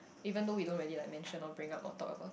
even though we don't really like mention or bring up or talk about it